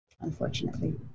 unfortunately